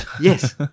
yes